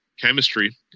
chemistry